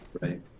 Right